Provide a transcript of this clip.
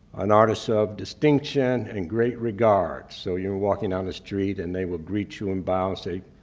an artist of distinction and in great regard. so you're walking down the street and they will greet you and bow and say,